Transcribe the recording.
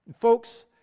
Folks